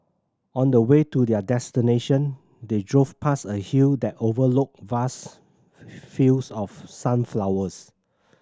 on the way to their destination they drove past a hill that overlooked vast fields of sunflowers